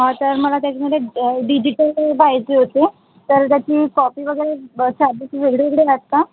तर मला त्याच्यामध्ये डिजिटल करून पाहिजे होतं तर त्याची कॉपी वगैरे चार्जेस वेगळे घेणार का